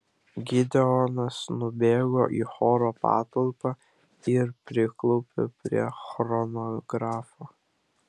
gideonas nubėgo į choro patalpą ir priklaupė prie chronografo